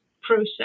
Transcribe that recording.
process